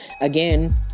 again